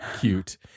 cute